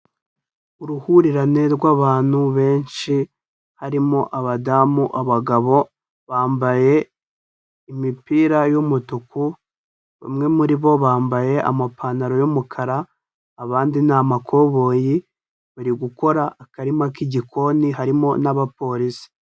Uruhurirane rw'abantu benshi, harimo abadamu, abagabo, bambaye imipira y'umutuku, bamwe muri bo bambaye amapantaro y'umukara, abandi ni amakoboyi, bari gukora akarima k'igikoni harimo n'Abapolisi.